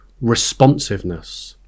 responsiveness